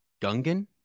gungan